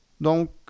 Donc